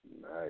Nice